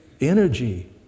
energy